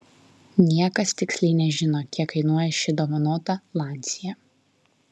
niekas tiksliai nežino kiek kainuoja ši dovanota lancia